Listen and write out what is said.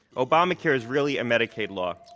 obamacare is really a medicaid law.